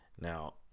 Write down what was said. Now